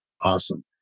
Awesome